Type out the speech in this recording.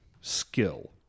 skill